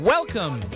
Welcome